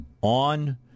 on